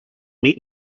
meet